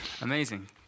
Amazing